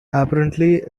apparently